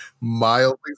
Mildly